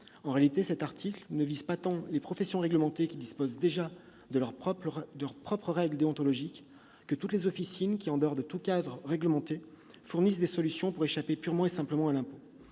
En réalité, cet article vise non pas tant les professions réglementées, qui disposent déjà de leurs propres règles déontologiques, que toutes les officines qui, en dehors de tout cadre réglementé, fournissent des solutions pour échapper purement et simplement à l'impôt.